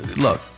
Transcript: Look